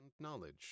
Knowledge